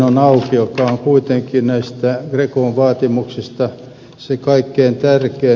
se on kuitenkin näistä grecon vaatimuksista se kaikkein tärkein